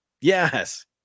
Yes